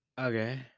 Okay